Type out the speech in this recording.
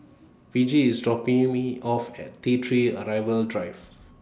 Virgie IS dropping Me off At T three Arrival Drive